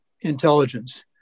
intelligence